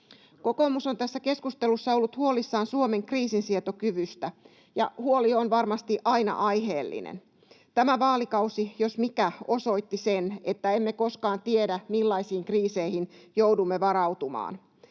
Kokoomus on tässä keskustelussa ollut huolissaan Suomen kriisinsietokyvystä, ja huoli on varmasti aina aiheellinen. Tämä vaalikausi, jos mikä, osoitti sen, että emme koskaan tiedä, millaisiin kriiseihin joudumme varautumaan.